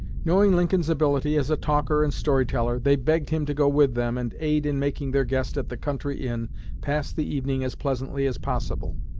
knowing lincoln's ability as a talker and story-teller, they begged him to go with them and aid in making their guest at the country inn pass the evening as pleasantly as possible.